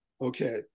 Okay